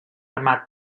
armat